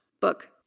book